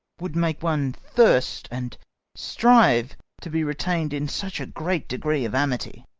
would make one thirst and strive to be retain'd in such a great degree of amity.